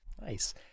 Nice